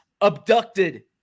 abducted